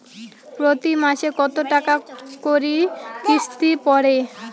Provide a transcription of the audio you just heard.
প্রতি মাসে কতো টাকা করি কিস্তি পরে?